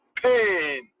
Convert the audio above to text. pain